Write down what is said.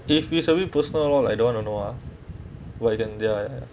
if it's a bit personal all I don't want to know ah why can't their